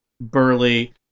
burly